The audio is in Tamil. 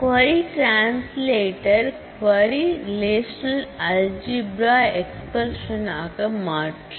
query translator query relational algebra expression ஆக மாற்றும்